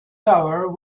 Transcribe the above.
tower